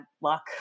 luck